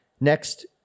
Next